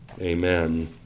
Amen